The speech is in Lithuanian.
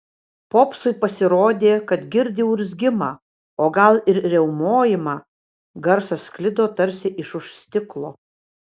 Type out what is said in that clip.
popsui pasirodė kad girdi urzgimą o gal ir riaumojimą garsas sklido tarsi iš už stiklo